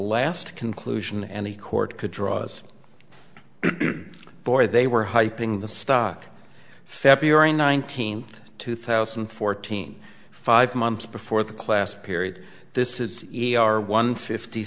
last conclusion any court could draws or they were hyping the stock february nineteenth two thousand and fourteen five months before the class period this is e r one fifty